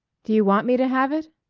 do you want me to have it?